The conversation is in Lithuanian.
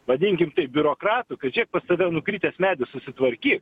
vadinkim taip biurokratų kad žėk pas save nukritęs medis susitvarkyk